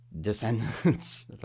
descendants